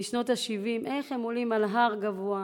משנות ה-70, איך הם עולים על הר גבוה,